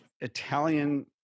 italian